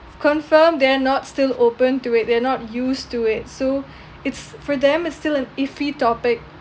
confirm they are not still open to it they are not used to it so it's for them it's still an iffy topic